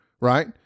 right